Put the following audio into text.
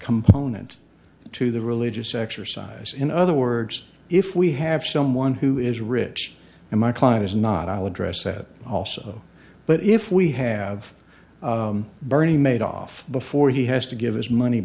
component to the religious exercise in other words if we have someone who is rich and my client is not i'll address that also but if we have bernie made off before he has to give his money